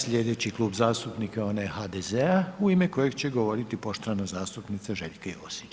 Sljedeći Klub zastupnika je onaj HDZ-a u ime kojeg će govoriti poštovana zastupnica Željka Josić.